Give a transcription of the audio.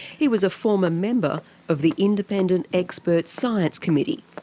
he was a former member of the independent expert science committee,